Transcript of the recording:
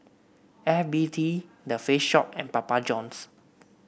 F B T The Face Shop and Papa Johns